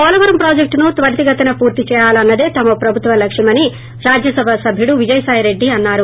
పోలవరం ప్రాజెక్టును త్వరితగతిన పూర్తిచేయాలన్నదే తమ ప్రభుత్వ లక్షమని పైఎస్సార్సీపీ రాజ్యసభ సభ్యుడు విజయసాయిరెడ్డి అన్నారు